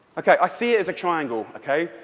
ok, i see it as a triangle, ok?